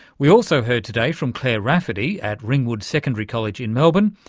we also heard today from clare rafferty at ringwood secondary college in melbourne,